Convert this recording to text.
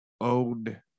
owned